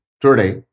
Today